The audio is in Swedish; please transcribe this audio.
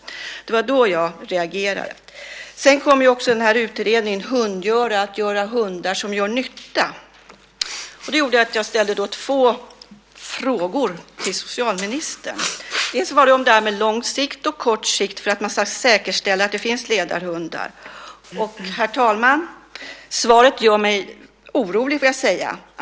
Det var då jag reagerade. Sedan kom också utredningen Hundgöra - att göra hundar som gör nytta . Det gjorde att jag ställde två frågor till socialministern. Det gällde att säkerställa att det finns ledarhundar på lång sikt och kort sikt. Herr talman! Svaret gör mig orolig.